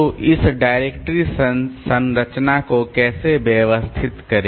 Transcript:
तो इस डायरेक्टरी संरचना को कैसे व्यवस्थित करें